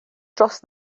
dros